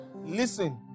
Listen